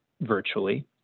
virtually